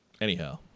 Anyhow